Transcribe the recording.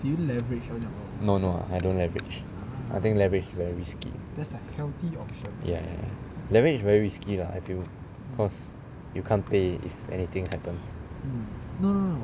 no no no I don't leverage I think leverage very risky ya ya leverage is very risky lah I feel because you can't pay if anything happens